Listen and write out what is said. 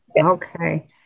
Okay